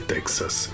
Texas